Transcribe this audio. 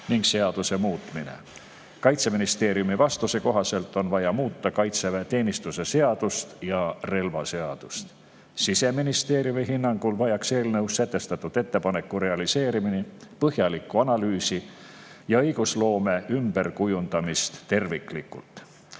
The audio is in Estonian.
ning muuta seadust. Kaitseministeeriumi vastuse kohaselt on vaja muuta kaitseväeteenistuse seadust ja relvaseadust. Siseministeeriumi hinnangul vajaks eelnõus esitatud ettepaneku realiseerimine põhjalikku analüüsi ja õigusloome ümberkujundamist terviklikult.